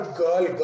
girl